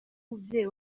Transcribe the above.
umubyeyi